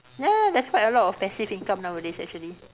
ya there's quite a lot of passive income nowadays actually